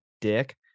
dick